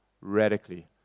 radically